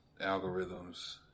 algorithms